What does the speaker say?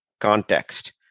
context